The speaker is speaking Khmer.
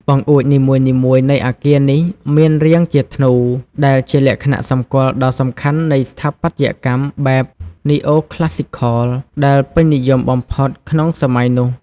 បង្អួចនីមួយៗនៃអគារនេះមានរាងជាធ្នូ ដែលជាលក្ខណៈសម្គាល់ដ៏សំខាន់នៃស្ថាបត្យកម្មបែប "Neo-Classical" ដែលពេញនិយមបំផុតក្នុងសម័យនោះ។